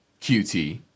QT